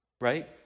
right